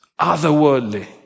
otherworldly